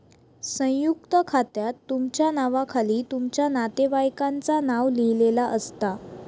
संयुक्त खात्यात तुमच्या नावाखाली तुमच्या नातेवाईकांचा नाव लिहिलेला असता